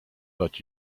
but